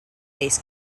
bass